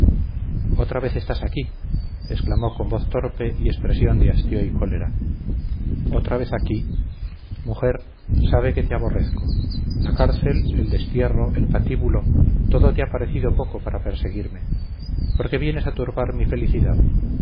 otra vez estás aquí exclamó con voz torpe y expresión de hastío y cólera otra vez aquí mujer sabe que te aborrezco la cárcel el destierro el patíbulo todo te ha parecido poco para perseguirme por qué vienes a turbar mi felicidad